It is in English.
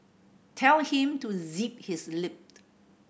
tell him to zip his lip